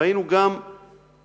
ראינו גם נתונים,